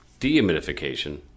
dehumidification